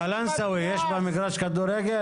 בקלנסואה יש בה מגרש כדורגל?